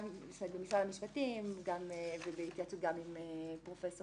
גם משרד המשפטים וגם בהתייעצות עם פרופ'